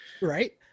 right